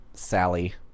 Sally